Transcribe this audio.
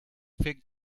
fig